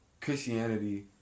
Christianity